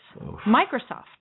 Microsoft